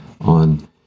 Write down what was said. on